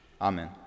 Amen